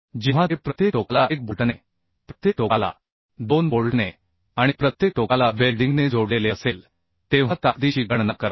जेव्हा ते प्रत्येक टोकाला 1 बोल्टने प्रत्येक टोकाला 2 बोल्टने आणि प्रत्येक टोकाला वेल्डिंगने जोडलेले असेल तेव्हा ताकदीची गणना करा